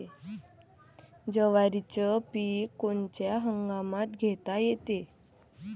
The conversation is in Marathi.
जवारीचं पीक कोनच्या हंगामात घेता येते?